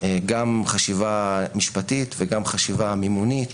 גם חשיבה משפטית וגם חשיבה מימונית,